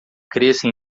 cresça